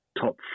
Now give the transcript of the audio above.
top